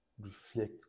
reflect